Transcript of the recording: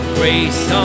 grace